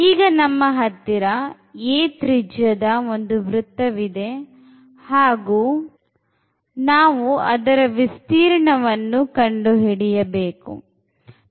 ಈಗ ನಮ್ಮ ಹತ್ತಿರ a ತ್ರಿಜ್ಯದ ವೃತ್ತವಿದೆ ಹಾಗು ನಾವು ಅದರ ವಿಸ್ತೀರ್ಣವನ್ನು ಕಂಡು ಹಿಡಿಯಬೇಕು